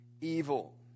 evil